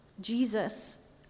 Jesus